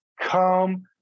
come